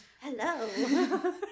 Hello